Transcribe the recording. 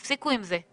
תפסיקו עם זה.